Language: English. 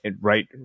right